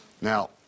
now